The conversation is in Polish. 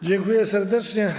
Dziękuję serdecznie.